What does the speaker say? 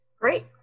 Great